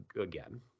again